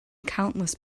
countless